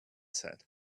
said